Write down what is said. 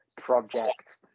project